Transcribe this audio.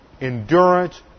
Endurance